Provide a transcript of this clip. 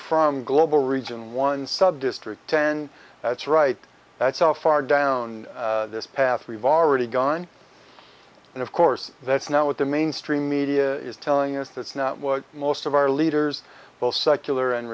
from global region one subdistrict ten that's right that's all far down this path we've already gone and of course that's not what the mainstream media is telling us that's not what most of our leaders both secular and